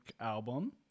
album